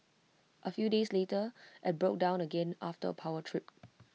A few days later IT broke down again after A power trip